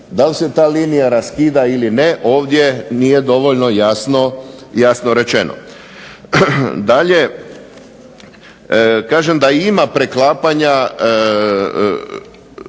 Da li se ta linija raskida ili ne, ovdje nije dovoljno jasno rečeno. Dalje kažem da ima preklapanja